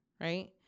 right